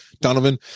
Donovan